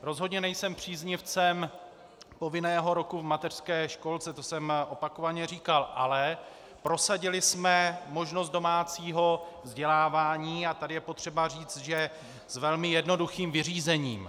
Rozhodně nejsem příznivcem povinného roku v mateřské školce, to jsem opakovaně říkal, ale prosadili jsme možnost domácího vzdělávání, a tady je potřeba říct, že s velmi jednoduchým vyřízením.